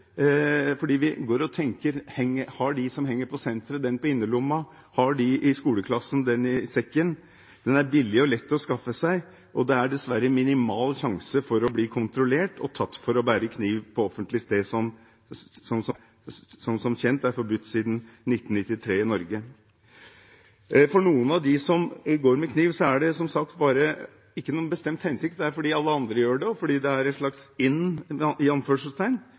fordi vi går og tenker: Har de som henger på senteret, den på innerlomma, har de i skoleklassen den i sekken? Den er billig og lett å skaffe seg, og det er dessverre minimal sjanse for å bli kontrollert og tatt for å bære kniv på offentlig sted, som – som kjent – har vært forbudt siden 1993 i Norge. For noen av dem som går med kniv, er det som sagt ikke i noen bestemt hensikt, det er fordi alle andre gjør det, og fordi det er